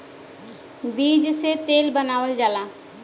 बीज से तेल बनावल जाला